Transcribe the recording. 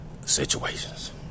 Situations